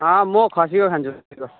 अँ म खसीको खान्छु